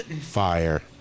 Fire